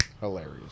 Hilarious